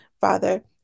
Father